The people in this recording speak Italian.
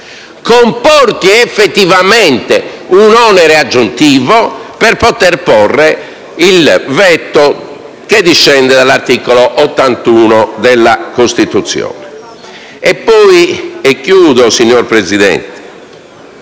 comporti effettivamente un onere aggiuntivo per poter porre il veto che discende dall'articolo 81 della Costituzione. Infine, mi sembra